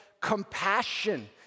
compassion